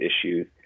issues